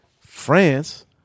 France